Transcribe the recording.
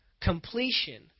Completion